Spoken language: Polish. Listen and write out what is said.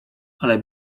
ale